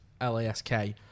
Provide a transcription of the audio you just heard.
LASK